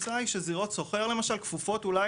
התוצאה היא שזירות סוחר כפופות אולי